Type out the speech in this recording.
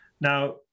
Now